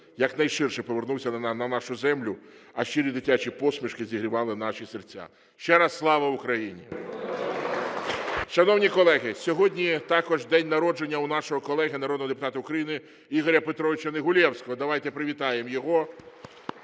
якнайшвидше повернувся на нашу землю, а щирі дитячі посмішки зігрівали наші серця. Ще раз слава Україні! Шановні колеги, сьогодні також день народження у нашого колеги народного депутата України Ігоря Петровича Негулевського. Давайте привітаємо його,